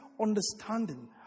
understanding